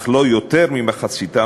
אך לא יותר ממחציתם,